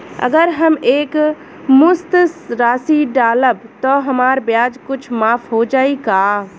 अगर हम एक मुस्त राशी डालब त हमार ब्याज कुछ माफ हो जायी का?